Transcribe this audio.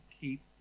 keep